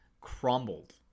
crumbled